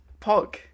Pog